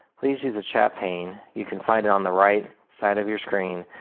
please use the chat pane, you can find it on the right side of your screen.